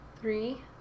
three